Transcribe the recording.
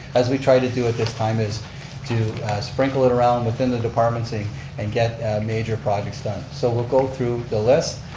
as we tried to do it this time is to sprinkle it around within the departments and get major projects done. so we'll go through the list.